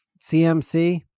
CMC